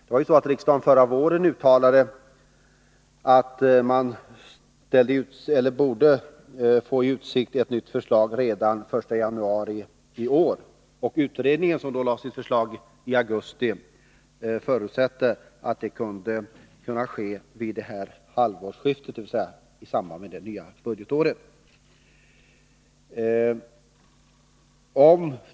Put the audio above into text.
Riksdagen uttalade förra våren att ett nytt stödsystem borde kunna träda i kraft redan den 1 januari i år. Utredningen, som lade fram sitt förslag i augusti, förutsatte att det skulle kunna ske vid detta halvårsskifte, dvs. i samband med det nya budgetåret.